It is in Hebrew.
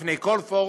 לפני כל פורום,